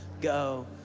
go